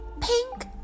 Pink